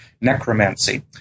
necromancy